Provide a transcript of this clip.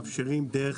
הזאת.